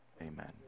Amen